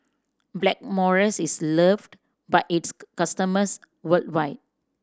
Blackmores is loved by its customers worldwide